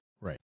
Right